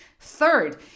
Third